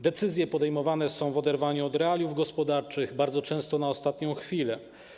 Decyzje podejmowane są w oderwaniu od realiów gospodarczych, bardzo często na ostatnią chwilę.